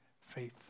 faith